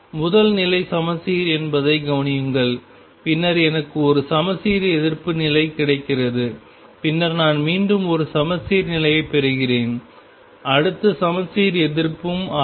முதல் நிலை சமச்சீர் என்பதைக் கவனியுங்கள் பின்னர் எனக்கு ஒரு சமச்சீர் எதிர்ப்பு நிலை கிடைக்கிறது பின்னர் நான் மீண்டும் ஒரு சமச்சீர் நிலையைப் பெறுகிறேன் அடுத்தது சமச்சீர் எதிர்ப்பு ஆகும்